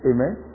Amen